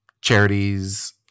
charities